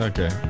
Okay